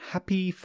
Happy